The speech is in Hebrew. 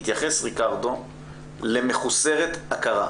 התייחס ריקרדו למחוסרת הכרה.